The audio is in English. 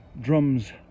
drums